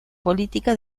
política